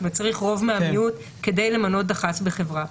זאת אומרת צריך רוב מהמיעוט כדי למנות דח"צ בחברה.